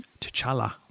T'Challa